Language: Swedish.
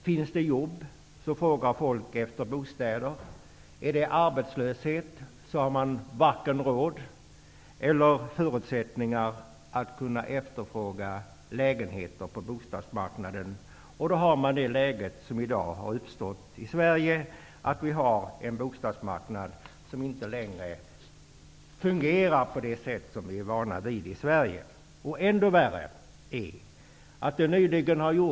Om det finns jobb frågar folk efter bostäder, om det råder arbetslöshet har man varken råd eller förutsättningar att efterfråga lägenheter på bostadsmarknaden. Då har man det läge som nu har uppstått i Sverige, nämligen att vi har en bostadsmarknad som inte längre fungerar på det sätt som vi i Sverige är vana vid. Något som är ännu värre är resultatet av en undersökning.